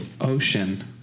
Ocean